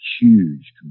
huge